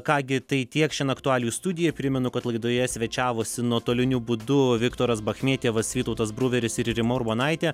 ką gi tai tiek šian aktualijų studija primenu kad laidoje svečiavosi nuotoliniu būdu viktoras bachmetjevas vytautas bruveris ir rima urbonaitė